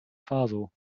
faso